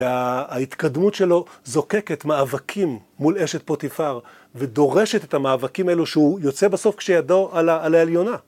ההתקדמות שלו זוקקת מאבקים מול אשת פוטיפר ודורשת את המאבקים אלו שהוא יוצא בסוף כשידו על העליונה.